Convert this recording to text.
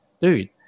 dude